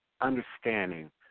understanding